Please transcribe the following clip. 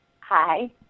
Hi